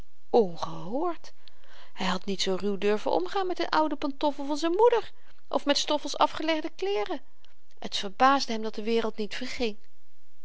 ongehoord hy had niet zoo ruw durven omgaan met n ouden pantoffel van z'n moeder of met stoffels afgelegde kleeren t verbaasde hem dat de wereld niet verging